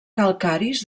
calcaris